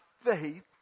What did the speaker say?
faith